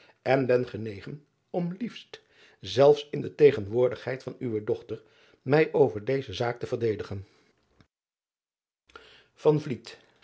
en ben genegen om liefst zelfs in de tegenwoordigheid van uwe dochter mij over deze zaak te verdedigen